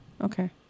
Okay